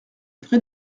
vrai